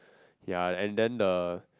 ya and then the